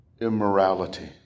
immorality